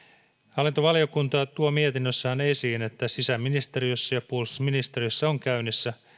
hallintovaliokunta tuo mietinnössään esiin että sisäministeriössä ja puolustusministeriössä on käynnissä